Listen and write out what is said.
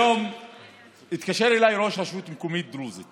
היום התקשר אליי ראש רשות מקומית דרוזית